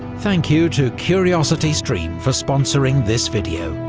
thank you to curiosity stream for sponsoring this video,